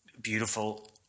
beautiful